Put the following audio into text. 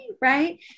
Right